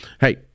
hey